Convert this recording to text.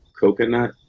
Coconut